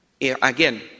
again